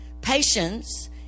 patience